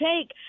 take